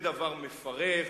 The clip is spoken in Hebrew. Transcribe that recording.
זה דבר מפרך.